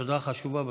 יש הודעה חשובה בסוף.